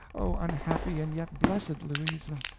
oh, unhappy and yet blessed louisa!